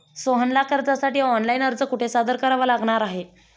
सोहनला कर्जासाठी ऑनलाइन अर्ज कुठे सादर करावा लागणार आहे?